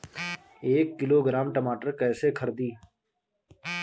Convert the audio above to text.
एक किलोग्राम टमाटर कैसे खरदी?